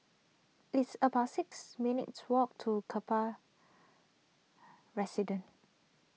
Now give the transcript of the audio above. it's about six minutes' walk to Kaplan Residence